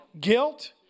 guilt